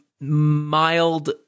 mild